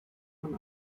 von